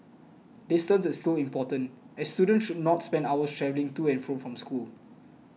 distance is still important as students should not spend hours travelling to and from school